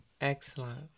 excellent